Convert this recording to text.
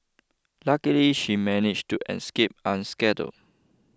luckily she managed to escape unscathed